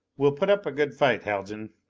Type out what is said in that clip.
well put up a good fight, haljan.